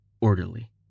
orderly